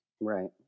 Right